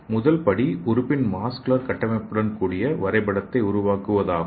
முதல் படி உறுப்பின் வாஸ்குலர் கட்டமைப்புடன் கூடிய வரைபடத்தை உருவாக்குவதாகும்